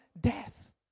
death